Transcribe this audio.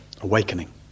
awakening